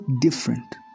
different